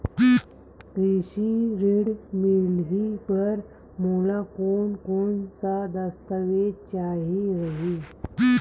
कृषि ऋण मिलही बर मोला कोन कोन स दस्तावेज चाही रही?